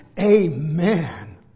Amen